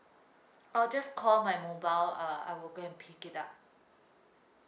oh just call my mobile uh I will go and pick it up